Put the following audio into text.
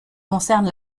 concerne